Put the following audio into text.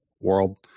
world